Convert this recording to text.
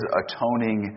atoning